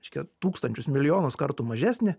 reiškia tūkstančius milijonus kartų mažesnė